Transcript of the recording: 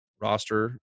roster